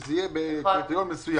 שזה צריך להיות בקריטריון מסוים.